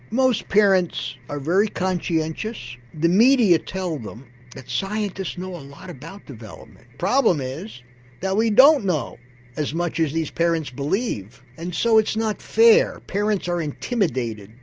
most parents are very conscientious. the media tell them that scientists know a lot about development. the problem is that we don't know as much as these parents believe and so it's not fair parents are intimidated.